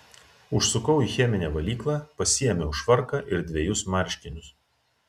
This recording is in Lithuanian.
užsukau į cheminę valyklą pasiėmiau švarką ir dvejus marškinius